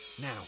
Now